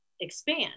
expand